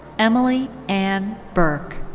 emily ann burke.